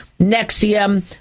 Nexium